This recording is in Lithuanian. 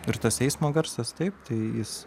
ir tas eismo garsas taip tai jis